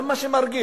זה מה שמרגיז.